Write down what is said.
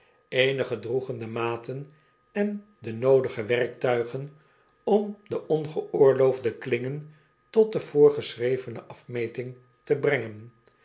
eenige droegen de maten en de noodige werktuigen om de ongeoorloofde klinfen tot de voorgeschrevene afmeting te brengen